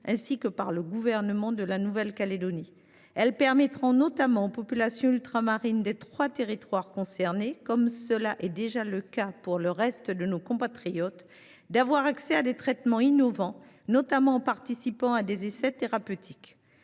ainsi que par le gouvernement de la Nouvelle Calédonie. Elles permettront notamment aux populations ultramarines des trois territoires concernés – c’est déjà le cas pour le reste de nos compatriotes – d’avoir accès à des traitements innovants, notamment en participant à des essais thérapeutiques.